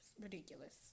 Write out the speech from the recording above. ridiculous